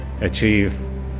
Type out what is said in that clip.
achieve